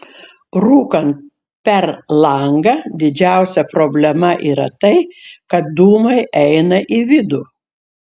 rūkant per langą didžiausia problema yra tai kad dūmai eina į vidų